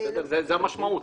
זה המשמעות.